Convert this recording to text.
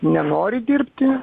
nenori dirbti